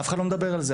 אף אחד לא מדבר על זה.